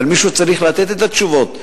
אבל מישהו צריך לתת את התשובות.